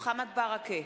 מוחמד ברכה,